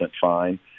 fine